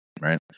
Right